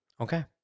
Okay